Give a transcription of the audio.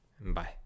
Bye